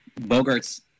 Bogarts